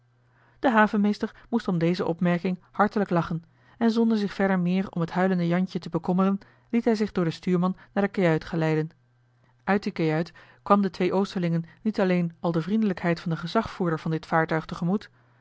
de havenmeester moest om deze opmerking hartelijk lachen en zonder zich verder meer om het huilende jantje te bekommeren liet hij zich door den stuurman naar de kajuit geleiden uit die kajuit kwam den twee oosterlingen niet alleen al de vriendelijkheid van den gezagvoerder van dit vaartuig tegemoet